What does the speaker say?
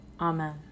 Amen